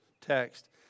text